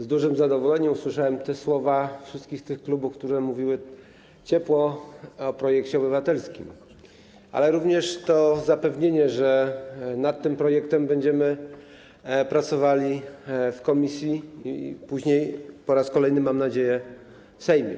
Z dużym zadowoleniem usłyszałem wypowiedzi przedstawicieli wszystkich tych klubów, którzy mówili ciepło o projekcie obywatelskim, ale również to zapewnienie, że nad tym projektem będziemy pracowali w komisji i później, po raz kolejny - mam nadzieję, w Sejmie.